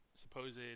supposed